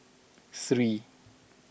three